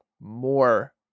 more